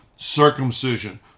circumcision